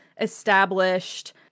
established